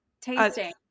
tasting